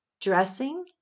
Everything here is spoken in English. dressing